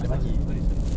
asal sorry sorry